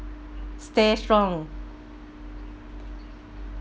stay strong